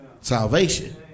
salvation